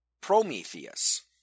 Prometheus